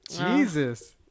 Jesus